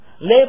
labor